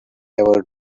ever